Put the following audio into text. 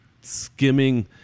skimming